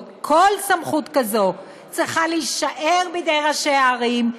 כל סמכות כזאת צריכה להישאר בידי ראשי הערים,